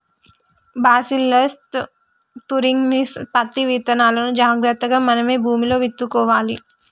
bacillus thuringiensis పత్తి విత్తనాలును జాగ్రత్తగా మనమే భూమిలో విత్తుకోవాలి